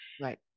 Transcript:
Right